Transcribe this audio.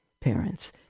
Parents